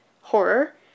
horror